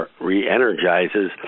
re-energizes